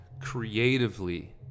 creatively